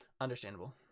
Understandable